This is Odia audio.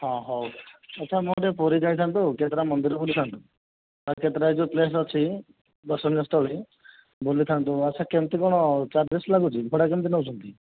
ହଁ ହଉ ଆଚ୍ଛା ଆମେ ଟିକିଏ ପୁରୀ ଯାଇଥାନ୍ତୁ କେତେଟା ମନ୍ଦିର ବୁଲିଥାନ୍ତୁ ଆଉ କେତେଟା ଯେଉଁ ପ୍ଲେସ୍ ଅଛି ଦର୍ଶନୀୟସ୍ଥଳୀ ବୁଲିଥାନ୍ତୁ ଆଚ୍ଛା କେମିତି କ'ଣ ଚାର୍ଜେସ୍ ଲାଗୁଛି ଭଡ଼ା କେମିତି ନେଉଛନ୍ତି